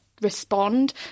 respond